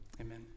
amen